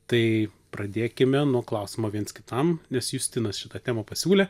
tai pradėkime nuo klausimo viens kitam nes justinas šitą temą pasiūlė